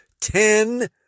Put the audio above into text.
ten